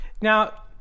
Now